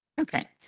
Okay